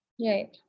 Right